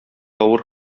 авыр